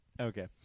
Okay